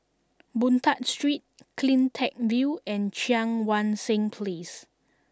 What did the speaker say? Boon Tat Street Cleantech View and Cheang Wan Seng Place